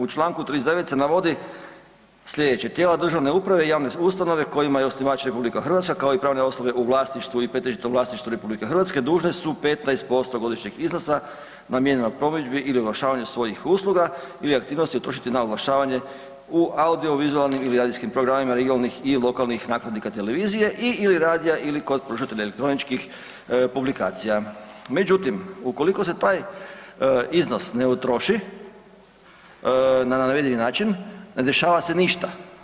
U članku 39. se navodi sljedeće: „Tijela državne uprave i javne ustanove kojima je osnivač Republika Hrvatske kao i pravne osobe u vlasništvu i pretežitom vlasništvu Republike Hrvatske dužne su 15% godišnjeg iznosa namijenjenog promidžbi ili oglašavanju svojih usluga ili aktivnosti utrošiti na oglašavanje u audiovizualnim i radijskim programima regionalnih i lokalnih nakladnika televizije i/ili radija ili kod pružatelja elektroničkih publikacija.“ Međutim, ukoliko se taj iznos ne utroši na navedeni način ne dešava se ništa.